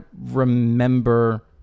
remember